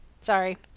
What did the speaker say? Sorry